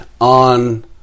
on